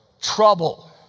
trouble